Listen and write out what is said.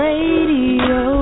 Radio